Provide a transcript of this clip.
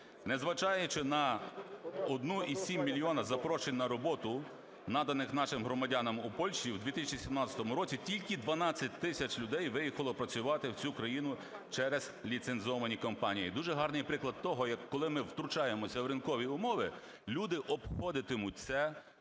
Незважаючи на 1,7 мільйона запрошень на роботу, наданих нашим громадянам у Польщі в 2017 році, тільки 12 тисяч людей виїхали працювати в цю країну через ліцензовані компанії. Дуже гарний приклад того, коли ми втручаємося в ринкові умови, люди обходитимуть це